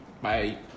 Bye